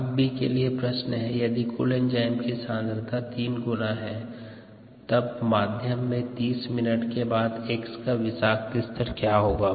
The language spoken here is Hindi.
भाग b के लिए प्रश्न है कि यदि कुल एंजाइम सांद्रता तीन गुना है तब माध्यम में 30 मिनट के बाद X का विषाक्त स्तर क्या होगा